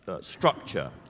structure